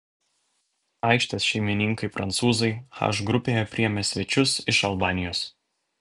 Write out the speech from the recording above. aikštės šeimininkai prancūzai h grupėje priėmė svečius iš albanijos